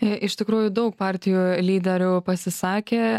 iš tikrųjų daug partijų lyderių pasisakė